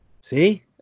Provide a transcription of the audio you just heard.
See